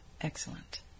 excellent